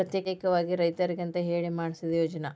ಪ್ರತ್ಯೇಕವಾಗಿ ರೈತರಿಗಂತ ಹೇಳಿ ಮಾಡ್ಸಿದ ಯೋಜ್ನಾ